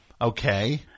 Okay